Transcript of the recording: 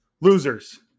losers